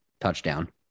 touchdown